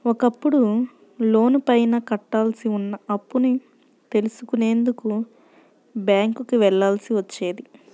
ఒకప్పుడు లోనుపైన కట్టాల్సి ఉన్న అప్పుని తెలుసుకునేందుకు బ్యేంకుకి వెళ్ళాల్సి వచ్చేది